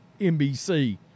NBC